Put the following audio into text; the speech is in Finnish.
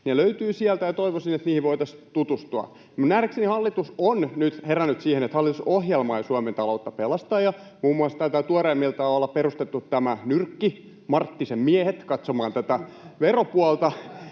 Ne löytyvät sieltä, ja toivoisin, että niihin voitaisiin tutustua. Minun nähdäkseni hallitus on nyt herännyt siihen, että hallitusohjelma ei Suomen ta-loutta pelasta, ja muun muassa taitaa tuoreemmiltaan olla perustettu tämä nyrkki, ”Marttisen miehet”, katsomaan tätä veropuolta.